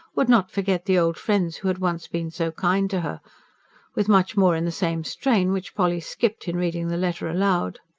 would not forget the old friends who had once been so kind to her with much more in the same strain, which polly skipped, in reading the letter aloud.